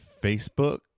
Facebook